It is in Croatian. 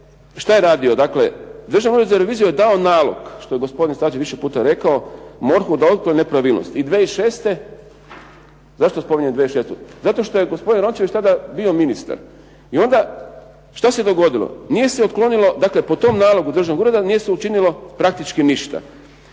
šta je radio, dakle Državni ured za reviziju je dao nalog, što je gospodin Stazić više puta rekao, MORH-u da otkrije nepravilnosti i 2006., zašto spominjem 2006., zato što je gospodin Rončević tada bio ministar. I onda šta se dogodilo, po tom nalogu državnog ureda nije se učinilo praktički ništa